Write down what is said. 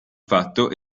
fatto